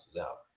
out